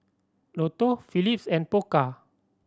Lotto Phillips and Pokka